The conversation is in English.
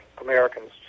Americans